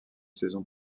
saison